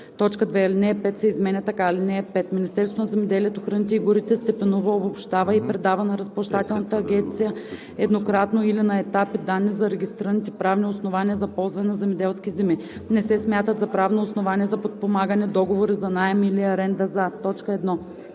2. Алинея 5 се изменя така: „(5) Министерството на земеделието, храните и горите степенува, обобщава и предава на Разплащателната агенция еднократно или на етапи данни за регистрираните правни основания за ползване на земеделски земи. Не се смятат за правно основание за подпомагане договори за наем или аренда за: